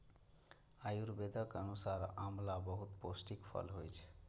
आयुर्वेदक अनुसार आंवला बहुत पौष्टिक फल होइ छै